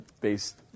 based